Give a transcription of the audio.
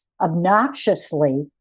obnoxiously